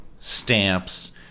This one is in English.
stamps